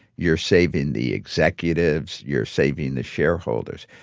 you're saving the executives, you're saving the shareholders.